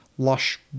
lush